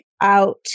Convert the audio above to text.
out